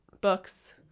books